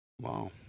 Wow